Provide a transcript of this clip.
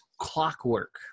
clockwork